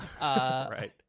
right